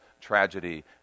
tragedy